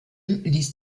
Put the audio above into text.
ließ